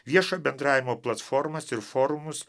viešo bendravimo platformas ir forumus